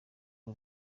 bwe